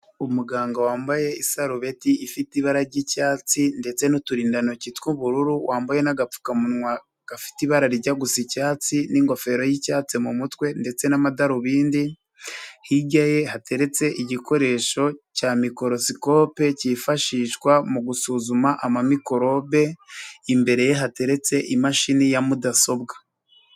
Umuganga wambaye isarubeti ifite ibara ry'icyatsi ndetse n'uturindantoki tw'ubururu wambaye n'agapfukamunwa gafite ibarajya gusa icyatsi n'ingofero y'icyatsi mu mutwe ndetse n'amadarubindi, hirya ye hateretse igikoresho cya microscope cyifashishwa mu gusuzuma ama mikorobe imbere ye hateretse imashini ya mudasobwa.